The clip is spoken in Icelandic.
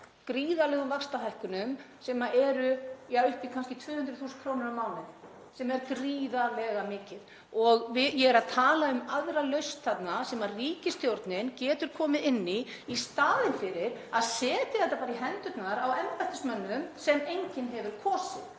gríðarlegum vaxtahækkunum sem eru upp á kannski 200.000 kr. á mánuði, sem er gríðarlega mikið. Ég er að tala um aðra lausn þarna sem ríkisstjórnin getur komið inn í, í staðinn fyrir að setja þetta bara í hendurnar á embættismönnum sem enginn hefur kosið.